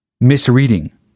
misreading